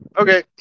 Okay